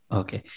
okay